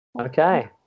Okay